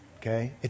Okay